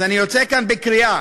אז אני יוצא כאן בקריאה